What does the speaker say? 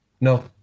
No